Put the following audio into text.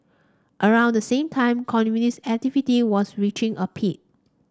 around the same time communist activity was reaching a peak